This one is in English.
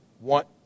want